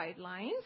guidelines